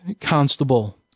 constable